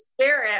spirit